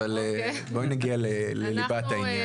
אבל בואי נגיע לליבת העניין.